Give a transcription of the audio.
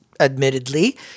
Admittedly